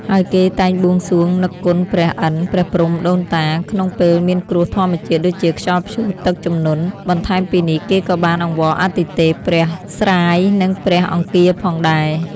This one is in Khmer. ហើយគេតែងបួងសួងនឹកគុណព្រះឥន្ទ ព្រះព្រហ្ម ដូនតា ក្នុងពេលមានគ្រោះធម្មជាតិដូចជាខ្យល់ព្យុះ ទឹកជំនន់ បន្ថែមពីនេះគេក៏បានអង្វរអាទិទេព ព្រះស្រាយ និងព្រះអង្គារផងដែរ។